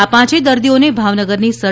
આ પાંચેય દર્દીઓને ભાવનગરની સર